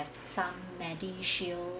~ve some MediShield